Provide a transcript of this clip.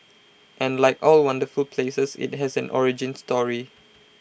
and like all wonderful places IT has an origin story